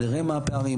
נראה מה הפערים,